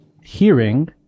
hearing